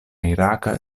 iraka